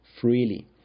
freely